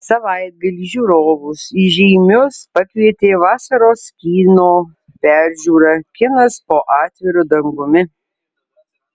savaitgalį žiūrovus į žeimius pakvietė vasaros kino peržiūra kinas po atviru dangumi